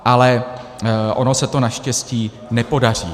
Ale ono se to naštěstí nepodaří.